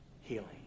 healing